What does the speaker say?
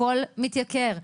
הכול מתייקר,